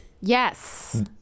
Yes